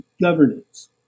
governance